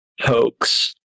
hoax